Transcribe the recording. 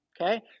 okay